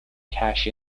cash